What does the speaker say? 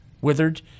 withered